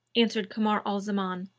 answered kamar al-zaman,